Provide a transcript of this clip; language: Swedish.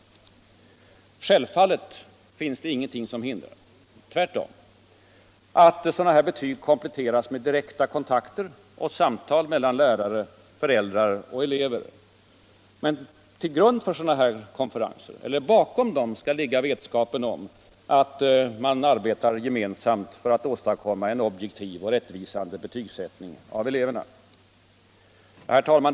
Självfallet finns det ingenting som hindrar — tvärtom — att sådana här betyg kompletteras med direkta kontakter och samtal mellan lärare, föräldrar och elever. Men bakom konferenser av det slaget skall ligga vetskapen om att man arbetar gemensamt för att åstadkomma en objektiv och rättvisande betygsättning av eleverna. Herr talman!